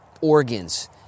organs